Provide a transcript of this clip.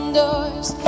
doors